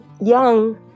young